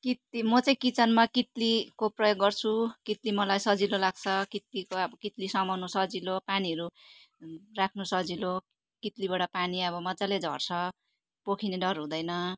कि त म चाहिँ किचनमा कित्लीको प्रयोग गर्छु कित्ली मलाई सजिलो लाग्छ कित्लीको अब कित्ली समाउनु सजिलो पानीहरू राख्नु सजिलो कित्लीबाट पानी अब मजाले झर्छ पोखिने डर हुँदैन